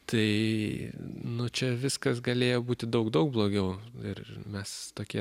tai nu čia viskas galėjo būti daug daug blogiau ir mes tokie